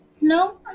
No